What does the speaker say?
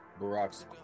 Barack's